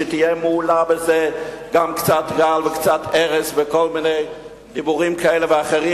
שיהיו מהולים בזה גם קצת רעל וקצת ארס וכל מיני דיבורים כאלה ואחרים.